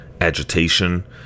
agitation